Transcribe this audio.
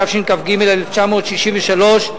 התשכ"ג 1963,